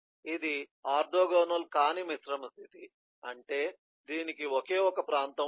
ఇది ఆర్తోగోనల్ కాని మిశ్రమ స్థితి అంటే దీనికి ఒకే ఒక ప్రాంతం ఉంది